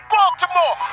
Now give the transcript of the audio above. Baltimore